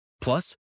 Plus